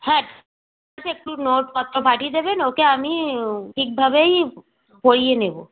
হ্যাঁ আচ্ছা একটু নোটপত্র পাঠিয়ে দেবেন ওকে আমি ঠিকভাবেই পড়িয়ে নেবো